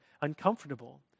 uncomfortable